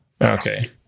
Okay